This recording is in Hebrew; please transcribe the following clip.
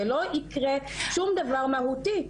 ולא יקרה שום דבר מהותי.